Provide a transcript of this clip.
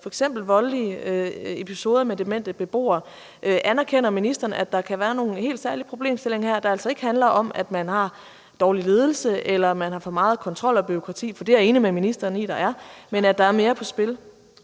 f.eks. voldelige episoder med demente beboere, anerkender ministeren så, at der kan være nogle helt særlige problemstillinger her, der altså ikke handler om, at man har dårlig ledelse, eller at man har for meget kontrol og bureaukrati – for det er jeg enig med ministeren i at der også er – men at der er mere på spil?